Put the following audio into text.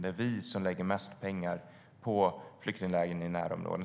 Det är vi som lägger mest pengar på flyktingläger i närområden.